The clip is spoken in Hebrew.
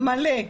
מלא.